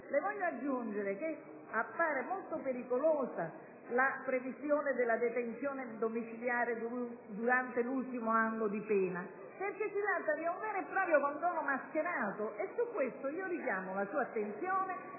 Voglio aggiungere che appare molto pericolosa la previsione della detenzione domiciliare durante l'ultimo anno di pena, perché si tratta di un vero e proprio condono mascherato; su questo io richiamo la sua attenzione